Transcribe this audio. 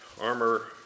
armor